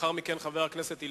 חבר הכנסת חיים אורון,